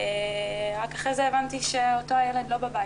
רק אחרי זה הבנתי שאותו ילד לא בבית,